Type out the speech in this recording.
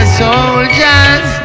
soldiers